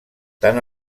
tant